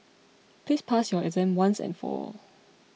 please pass your exam once and for all